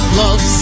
love